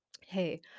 Hey